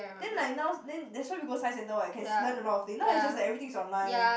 then like now then that's why we go science centre what you can s~ learn a lot of thing now is just like everything is online